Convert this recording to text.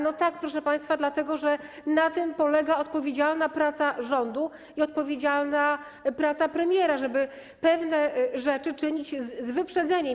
No tak, proszę państwa, dlatego że na tym polega odpowiedzialna praca rządu i odpowiedzialna praca premiera, żeby pewne rzeczy czynić z wyprzedzeniem.